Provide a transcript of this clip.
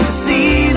see